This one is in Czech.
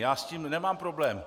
Já s tím nemám problém.